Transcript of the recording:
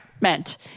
Meant